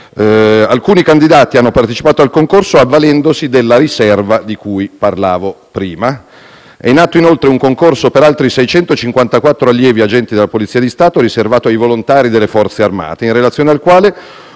Alcuni candidati hanno partecipato al concorso avvalendosi della riserva di cui ho parlato prima. È nato, inoltre, un concorso per altri 654 allievi agenti della Polizia di Stato riservato ai volontari delle Forze armate, in relazione al quale